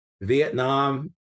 Vietnam